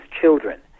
children